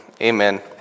Amen